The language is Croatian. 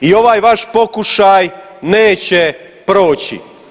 I ovaj vaš pokušaj neće proći.